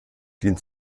dient